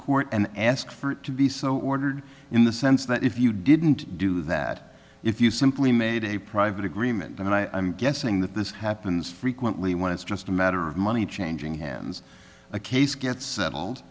court and ask for it to be so ordered in the sense that if you didn't do that if you simply made a private agreement and i'm guessing that this happens frequently when it's just a matter of money changing hands a case get